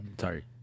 Sorry